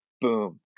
boom